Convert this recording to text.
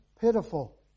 Pitiful